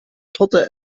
torte